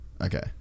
okay